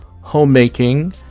homemaking